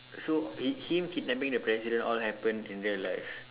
so it him kidnapping the president all happen in real life